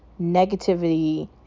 negativity